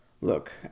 Look